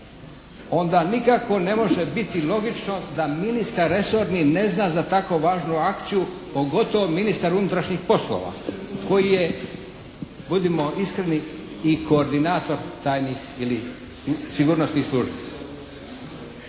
onda nikako ne može biti logično da ministar resorni ne zna za tako važnu akciju, pogotovo ministar unutarnjih poslova koji je budimo iskreni i koordinator tajnih ili sigurnosnih službi.